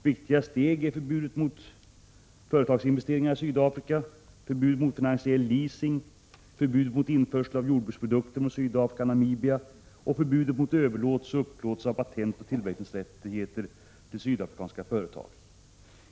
Viktiga steg är förbudet mot nyinvesteringar, förbudet mot finansiell leasing, förbudet mot införsel av jordbruksprodukter från Sydafrika och Namibia och förbudet mot överlåtelse och upplåtelse av patentoch tillverkningsrättigheter till sydafrikanska företag.